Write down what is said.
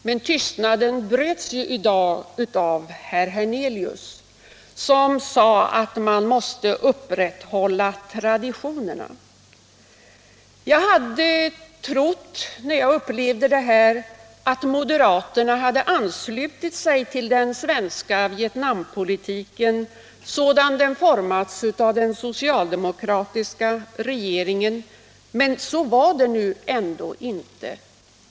Men tystnaden bröts ju i dag av herr Hernelius som sade att man måste upprätthålla traditionerna. Jag trodde att moderaterna hade anslutit sig till den svenska Vietnampolitiken sådan den formats av den socialdemokratiska regeringen, men så var det nu ändå inte.